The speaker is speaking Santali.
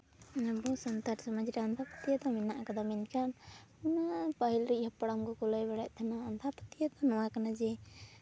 ᱟᱵᱚ ᱥᱟᱱᱛᱟᱲ ᱥᱚᱢᱟᱡᱽ ᱨᱮ ᱟᱸᱫᱷᱟᱯᱟᱹᱛᱭᱟᱹᱣ ᱫᱚ ᱢᱮᱱᱟᱜ ᱠᱟᱫᱟ ᱢᱮᱱᱠᱷᱟᱱ ᱯᱟᱹᱦᱤᱞᱤᱡ ᱜᱟᱯᱲᱟᱢ ᱠᱚᱠᱚ ᱞᱟᱹᱭ ᱵᱟᱲᱟᱭᱮᱜ ᱛᱟᱦᱮᱱᱟ ᱟᱸᱫᱷᱟᱯᱟᱹᱛᱭᱟᱹᱣ ᱫᱚ ᱱᱚᱣᱟ ᱠᱟᱱᱟ ᱡᱮ